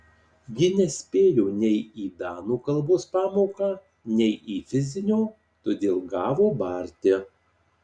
ji nespėjo nei į danų kalbos pamoką nei į fizinio todėl gavo barti